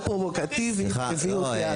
להיות פרובוקטיבי הביא אותי לכאן.